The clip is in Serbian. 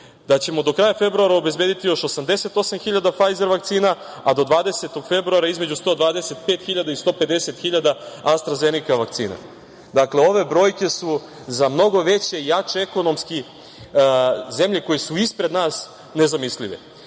da ćemo do kraja februara obezbediti još 88.000 Fajzer vakcina, a do 20. februara između 125.000 i 150.000 Astra zeneka vakcina. Dakle, ove brojke su za mnogo veće i jače ekonomski, zemlje koje su ispred n nas nezamislive.